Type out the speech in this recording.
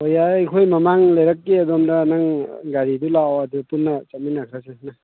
ꯍꯣꯏ ꯌꯥꯏ ꯑꯩꯈꯣꯏ ꯃꯃꯥꯡ ꯂꯩꯔꯛꯀꯤ ꯑꯗꯣꯝꯗ ꯅꯪ ꯒꯥꯔꯤꯗꯣ ꯂꯥꯛꯑꯣ ꯑꯗꯨꯒ ꯄꯨꯟꯅ ꯆꯠꯃꯤꯟꯅꯈ꯭ꯔꯁꯤꯅꯦ